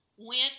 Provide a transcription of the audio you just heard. went